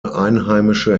einheimische